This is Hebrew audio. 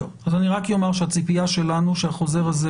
אני רק אומר שהציפייה שלנו היא שהחוזר הזה